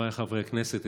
חבריי חברי הכנסת,